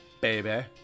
baby